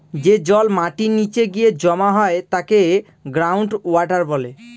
যে জল মাটির নীচে গিয়ে জমা হয় তাকে গ্রাউন্ড ওয়াটার বলে